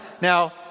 Now